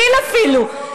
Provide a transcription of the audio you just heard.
להתחיל אפילו.